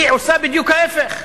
היא עושה בדיוק ההיפך.